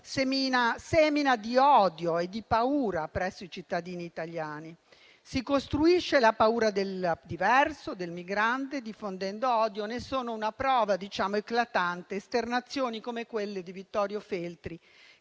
semina di odio e di paura presso i cittadini italiani. Si costruisce la paura del diverso, del migrante, diffondendo odio; ne sono una prova le eclatanti esternazioni di Vittorio Feltri,